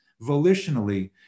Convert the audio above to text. volitionally